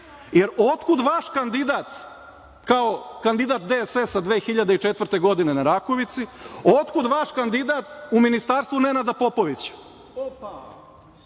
jer otkud vaš kandidat kao kandidat DSS 2004. godine na Rakovici? Otkud vaš kandidat u ministarstvu Nenada Popovića?